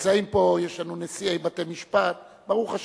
נמצאים פה, יש לנו נשיאי בתי-משפט, ברוך השם.